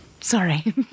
sorry